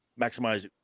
maximize